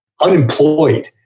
unemployed